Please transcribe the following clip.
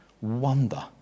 wonder